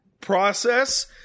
process